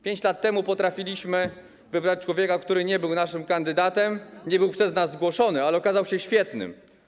5 lat temu potrafiliśmy wybrać człowieka, który nie był naszym kandydatem, nie był przez nas zgłoszony, ale okazał się świetny.